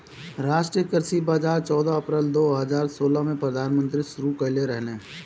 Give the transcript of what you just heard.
राष्ट्रीय कृषि बाजार चौदह अप्रैल दो हज़ार सोलह में प्रधानमंत्री शुरू कईले रहले